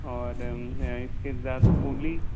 और इसके साथ मूली